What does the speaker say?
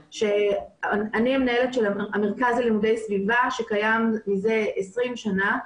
שאני המנהלת של המרכז ללימודי סביבה שקיים מזה 20 שנה,